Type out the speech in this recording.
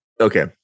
Okay